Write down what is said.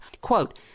Quote